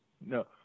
No